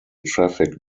traffic